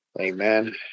Amen